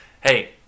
hey